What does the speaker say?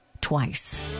twice